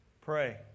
Pray